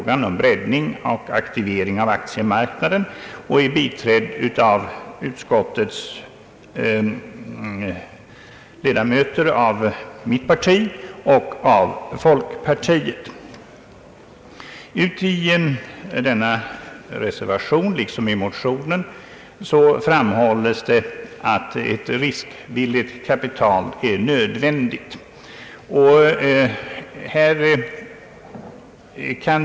gan om breddning och aktivering av aktiemarknaden och har biträtts av ledamöter av mitt parti och folkpartiet. I denna reservation liksom i motionen framhålles att riskvilligt kapital är nödvändigt.